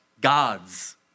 gods